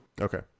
Okay